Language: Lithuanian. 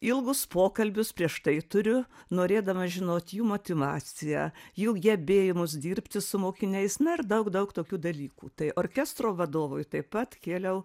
ilgus pokalbius prieš tai turiu norėdama žinot jų motyvaciją jų gebėjimus dirbti su mokiniais na ir daug daug tokių dalykų tai orkestro vadovui taip pat kėliau